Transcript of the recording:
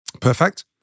Perfect